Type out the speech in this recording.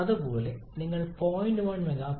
അതുപോലെ നിങ്ങൾ 0